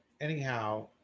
anyhow